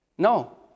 No